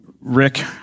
rick